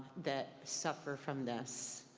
that suffer from this.